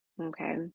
Okay